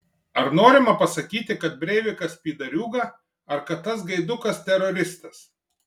ar norima pasakyti kad breivikas pydariūga ar kad tas gaidukas teroristas